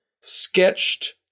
sketched